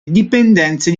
dipendenze